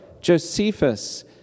Josephus